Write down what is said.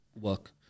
work